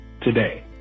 today